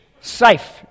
safe